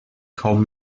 kaum